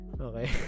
okay